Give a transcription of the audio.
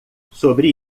sobre